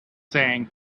saying